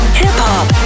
hip-hop